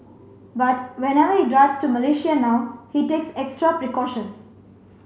but whenever he drives to Malaysia now he takes extra precautions